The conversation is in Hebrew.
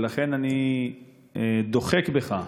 ולכן אני דוחק בך,